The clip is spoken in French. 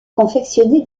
confectionner